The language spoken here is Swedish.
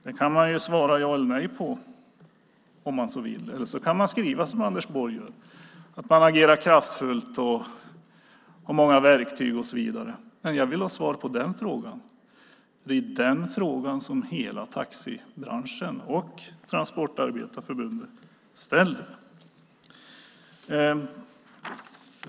Den kan man ju svara ja eller nej på om man så vill, eller så kan man skriva som Anders Borg gör att man agerar kraftfullt och har många verktyg och så vidare. Men jag vill ha svar på den frågan, för det är den frågan som hela taxibranschen och Transportarbetareförbundet ställer.